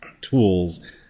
tools